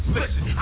Listen